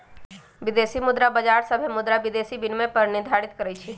विदेशी मुद्रा बाजार सभे मुद्रा विदेशी विनिमय दर निर्धारित करई छई